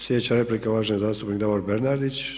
Sljedeća replika, uvaženi zastupnik Davor Bernardić.